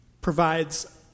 provides